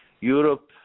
Europe